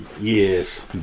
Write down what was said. Yes